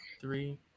three